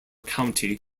county